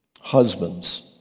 Husbands